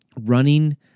running